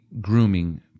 grooming